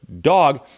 dog